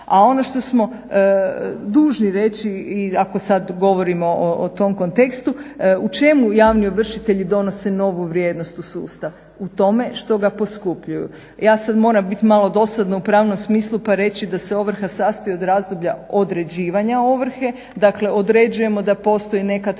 a ono što smo dužni reći i ako sada govorimo o tom kontekstu, o čemu javni ovršitelji donose novu vrijednost u sustav? U tome što ga poskupljuju. Ja sada moram biti malo dosadna u pravnom smislu pa reći da se ovrha sastoji od razdoblja određivanja ovrhe, dakle određujemo da postoji neka